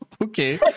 Okay